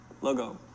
logo